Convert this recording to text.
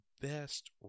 best